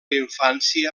infància